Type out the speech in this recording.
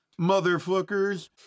motherfuckers